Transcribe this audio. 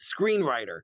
screenwriter